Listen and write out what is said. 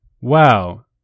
wow